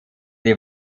die